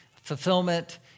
fulfillment